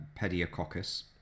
pediococcus